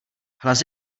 hlas